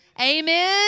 Amen